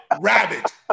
rabbit